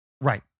Right